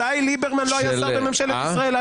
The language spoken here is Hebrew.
מתי ליברמן לא היה שר בממשלת ישראל?